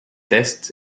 tests